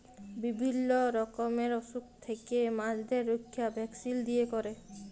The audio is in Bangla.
বিভিল্য রকমের অসুখ থেক্যে মাছদের রক্ষা ভ্যাকসিল দিয়ে ক্যরে